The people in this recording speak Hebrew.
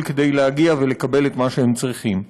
כדי להגיע ולקבל את מה שהם צריכים.